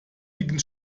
dicken